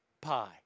pie